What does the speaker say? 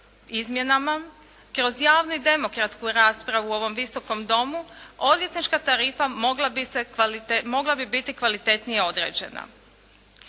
izmjenama kroz javnu i demokratsku raspravu u ovom Visokom domu, odvjetnička tarifa mogla bi biti kvalitetnije odrađena.